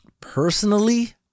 personally